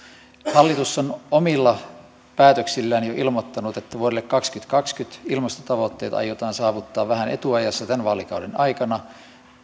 hallitus on omilla päätöksillään jo ilmoittanut että vuodelle kaksituhattakaksikymmentä ilmastotavoitteet aiotaan saavuttaa vähän etuajassa tämän vaalikauden aikana